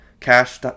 cash